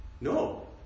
No